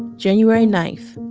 january nine,